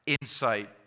insight